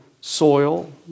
Soil